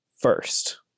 first